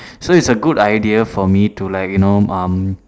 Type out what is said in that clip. so it's a good idea for me to like you know um